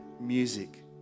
music